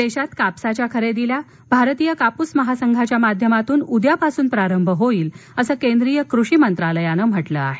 देशात कापसाच्या खरेदीला भारतीय कापूस महासंघाच्या माध्यमातून उद्यापासून प्रारंभ होईल असं केंद्रीय कृषी मंत्रालयानं म्हटलं आहे